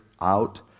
out